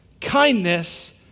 kindness